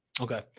Okay